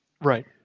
Right